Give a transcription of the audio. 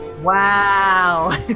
wow